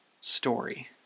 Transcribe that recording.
story